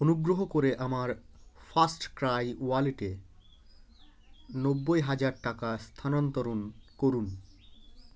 অনুগ্রহ করে আমার ফার্স্টক্রাই ওয়ালেটে নব্বই হাজার টাকা স্থানানন্তর করুন